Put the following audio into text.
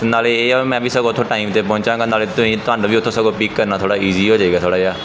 ਅਤੇ ਨਾਲੇ ਇਹ ਆ ਮੈਂ ਵੀ ਸਗੋਂ ਉੱਥੋਂ ਟਾਈਮ 'ਤੇ ਪਹੁੰਚਾਂਗਾ ਨਾਲੇ ਤੁਸੀਂ ਤੁਹਾਨੂੰ ਵੀ ਉੱਥੋਂ ਸਗੋਂ ਪਿਕ ਕਰਨਾ ਥੋੜ੍ਹਾ ਈਜ਼ੀ ਹੋ ਜਾਏਗਾ ਥੋੜ੍ਹਾ ਜਿਹਾ